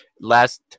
last